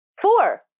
four